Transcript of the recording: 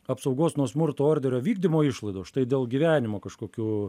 apsaugos nuo smurto orderio vykdymo išlaidos štai dėl gyvenimo kažkokių